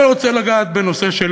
קודם כול, אני רוצה לגעת בנושא של